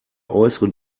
äußere